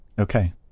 Okay